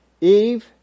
Eve